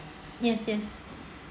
yes yes